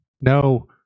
No